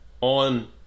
on